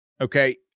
Okay